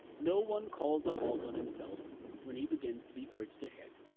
no one calls a halt on himself when he begins to be urged ahead,